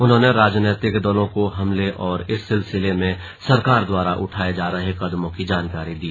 उन्होंने राजेनीतिक दलों को हमले और इस सिलसिले में सरकार द्वारा उठाये जा रहे कदमों की जानकारी दी